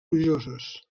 plujoses